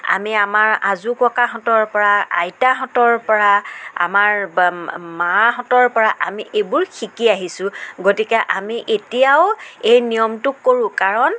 আমি আমাৰ আজোককাহঁতৰ পৰা আইতাহঁতৰ পৰা আমাৰ মাহঁতৰ পৰা আমি এইবোৰ শিকি আহিছোঁ গতিকে আমি এতিয়াও এই নিয়মটো কৰোঁ কাৰণ